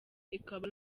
ikaba